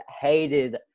hated